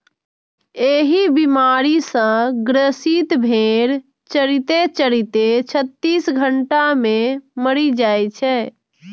एहि बीमारी सं ग्रसित भेड़ चरिते चरिते छत्तीस घंटा मे मरि जाइ छै